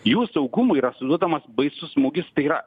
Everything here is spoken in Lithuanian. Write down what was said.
jų saugumui yra suduodamas baisus smūgis tai yra